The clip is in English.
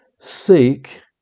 Seek